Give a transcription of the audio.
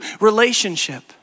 relationship